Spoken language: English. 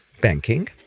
banking